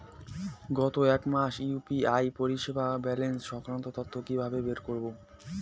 গত এক মাসের ইউ.পি.আই পরিষেবার ব্যালান্স সংক্রান্ত তথ্য কি কিভাবে বের করব?